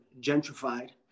gentrified